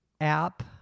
app